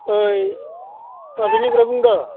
ओइ बबेनिफ्राय बुंदों